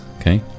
okay